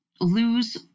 lose